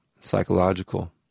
psychological